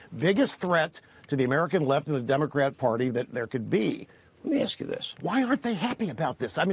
biggest threat to the american left in the democrat party that there could be. let me ask you this. why are they happy about this? i mean